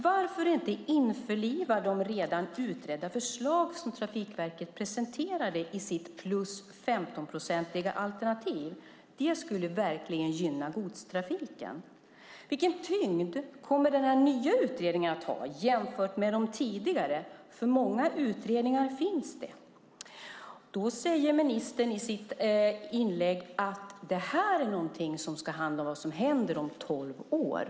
Varför inte införliva de redan utredda förslag som Trafikverket presenterade i sitt alternativ för plus 15 procent? Det skulle verkligen gynna godstrafiken. Vilken tyngd kommer den nya utredningen att ha jämfört med de tidigare? Många utredningar finns det. Ministern säger i sitt inlägg att det här ska handla om vad som händer om tolv år.